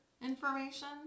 information